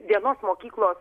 vienos mokyklos